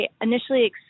initially